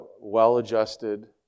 well-adjusted